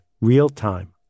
real-time